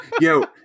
Yo